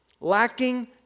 lacking